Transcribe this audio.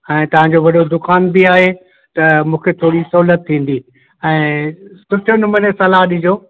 ऐं तव्हांजो वॾो दुकानु बि आहे त मूंखे थोरी सहुल्यत थींदी ऐं सुठे नमूने सलाहु ॾिजो